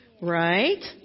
right